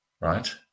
right